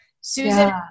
Susan